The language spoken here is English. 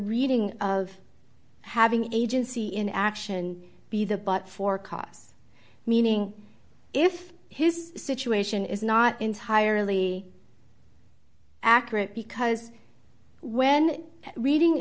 reading of having agency in action be the but for cause meaning if his situation is not entirely accurate because when reading